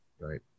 right